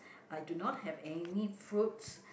I do not have any fruits